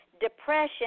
depression